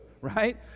right